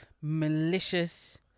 malicious